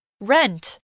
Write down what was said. Rent